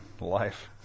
life